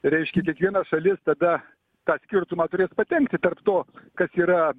reiškia kiekviena šalis tada tą skirtumą turės padengti tarp to kas yra